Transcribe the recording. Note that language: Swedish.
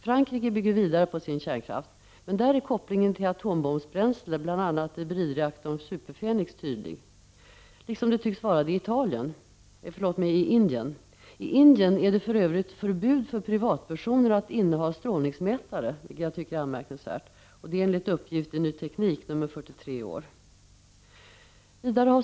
Frankrike bygger vidare på sin kärnkraft, men där är kopplingen till atombombsbränsle, bl.a. i bridreaktorn SuperPhoenix, tydlig, liksom den tycks vara det i Indien. I Indien är det för övrigt förbjudet för privatpersoner att inneha strålningsmätare — vilket är anmärkningsvärt — enligt uppgift i Ny Teknik nr 43 i år.